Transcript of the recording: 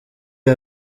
iyi